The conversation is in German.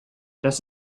das